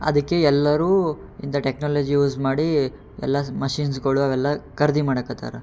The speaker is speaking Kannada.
ಅದಕ್ಕೆ ಎಲ್ಲರೂ ಇಂಥ ಟೆಕ್ನಾಲಜಿ ಯೂಸ್ ಮಾಡಿ ಎಲ್ಲ ಮಷಿನ್ಸ್ಗಳು ಅವೆಲ್ಲ ಖರೀದಿ ಮಾಡಕತ್ತಾರೆ